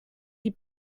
die